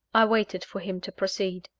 i waited for him to proceed.